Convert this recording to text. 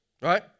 right